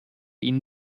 ihnen